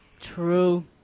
True